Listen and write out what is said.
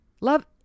Love